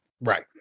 Right